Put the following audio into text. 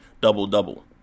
double-double